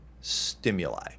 stimuli